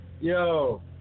Yo